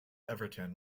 everton